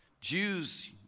Jews